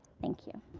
thank you.